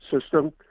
system